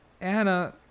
Anna